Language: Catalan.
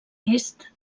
est